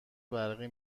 برقی